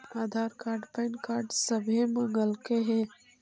आधार card pan card सभे मगलके हे?